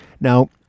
now